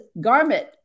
garment